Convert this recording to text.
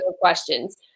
questions